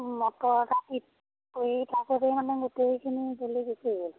motor মানে গোটেইখিনি জ্বলি গুছি গ'ল